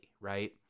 right